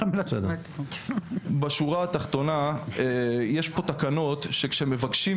בשורה התחתונה יש פה תקנות שכשמבקשים